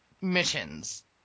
missions